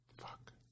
Fuck